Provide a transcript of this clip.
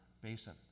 Basin